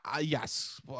Yes